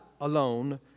alone